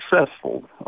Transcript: successful